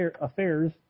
affairs